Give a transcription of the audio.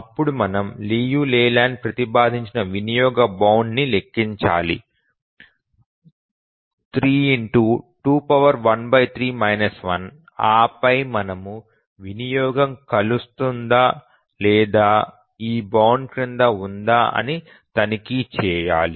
అప్పుడు మనము Liu Leland ప్రతిపాదించిన వినియోగ బౌండ్ ని లెక్కించాలి 3213 1 ఆ పై మనము వినియోగం కలుస్తుందా లేదా ఆ బౌండ్ క్రింద ఉందా అని తనిఖీ చేయాలి